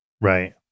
Right